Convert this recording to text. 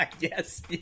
Yes